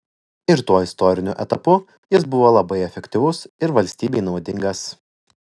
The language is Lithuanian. ir tuo istoriniu etapu jis buvo labai efektyvus ir valstybei naudingas